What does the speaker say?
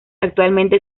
actualmente